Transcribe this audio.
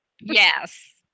Yes